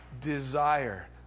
desire